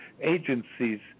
agencies